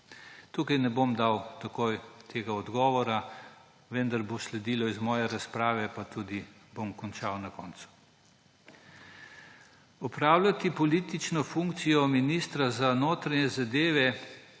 Tukaj ne bom takoj dal tega odgovora, vendar bo sledilo iz moje razprave pa tudi bom končal na koncu. Pri opravljanju politične funkcije ministra za notranje zadeve,